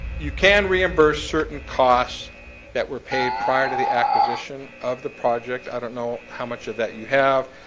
you can reimburse certain costs that were paid prior to the acquisition of the project. i don't know how much of that you have